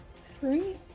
Three